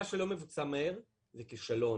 מה שלא מבוצע מהר, זה כישלון.